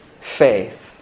faith